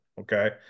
okay